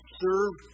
serve